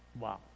Wow